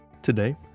Today